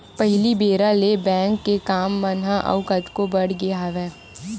पहिली बेरा ले बेंक के काम मन ह अउ कतको बड़ गे हवय